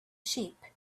sheep